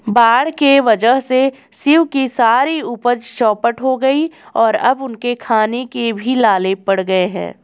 बाढ़ के वजह से शिव की सारी उपज चौपट हो गई और अब उनके खाने के भी लाले पड़ गए हैं